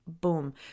boom